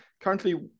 currently